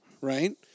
right